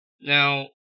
Now